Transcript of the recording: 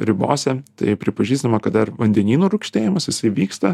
ribose taip pripažįstama kad dar vandenynų rūgštėjimas jisai vyksta